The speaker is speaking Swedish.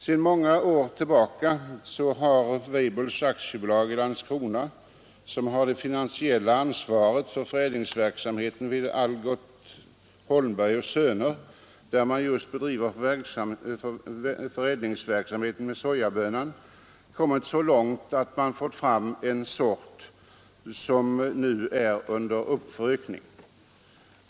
Sedan många år tillbaka bedriver W. Weibulls AB i Landskrona — som har det finansiella ansvaret för förädlingsverksamheten vid Algot Holmberg och Söner AB — förädlingsverksamhet med sojabönan. Man har kommit så långt att man fått fram en sort som är under uppförökning.